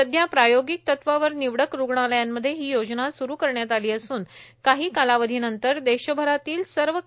सध्या प्रायोगिक तत्वावर निवडक रूग्णालयांमध्ये ही योजना सुरू करण्यात आलेली असून काही कालावधीनंतर देशभरातल्या सर्व ई